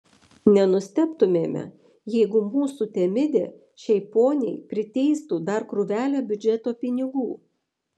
nenustebtumėme jeigu mūsų temidė šiai poniai priteistų dar krūvelę biudžeto pinigų